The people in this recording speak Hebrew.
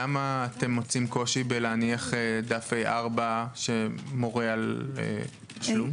למה אתם מוצאים קושי בלהניח דף A4 שמורה על תשלום?